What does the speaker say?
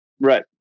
Right